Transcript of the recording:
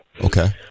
Okay